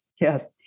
Yes